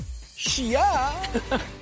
Shia